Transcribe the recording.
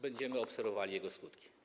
Będziemy obserwowali jego skutki.